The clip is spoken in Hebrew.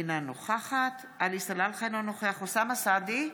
אינה נוכחת עלי סלאלחה, אינו נוכח אוסאמה סעדי,